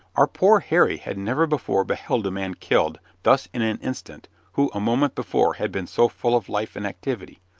our poor harry had never before beheld a man killed thus in an instant who a moment before had been so full of life and activity,